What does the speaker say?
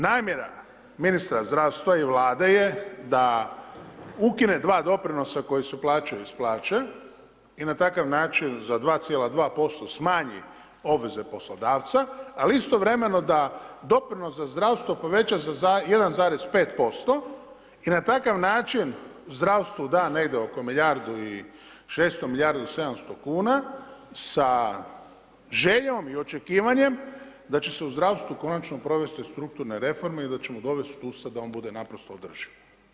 Namjera ministra zdravstva i Vlade je, da ukine 2 doprinosa koji se plaćaju iz plaće i na takav način za 2,2% smanji obveze poslodavca, ali istovremeno doprinos za zdravstvo poveća za 1,5% i na takav način, zdravstvu da negdje oko milijardu i 600, milijardi u 700 kn, sa željom i očekivanjem da će se u zdravstvu konačno provesti strukturne reforme i da ćemo dovesti sustav da on bude naprosto održiv.